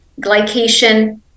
glycation